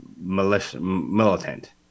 militant